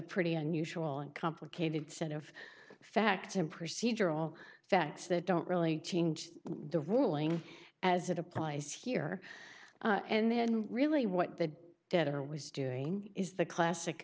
pretty unusual and complicated set of facts and procedural facts that don't really change the ruling as it applies here and then really what the debtor was doing is the classic